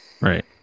right